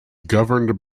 governed